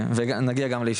ואנחנו נגיע גם ליפתח.